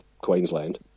Queensland